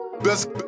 Best